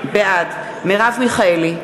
בעד מרב מיכאלי,